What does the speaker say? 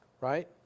Right